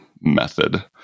method